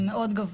זה מאוד גבוה.